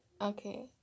Okay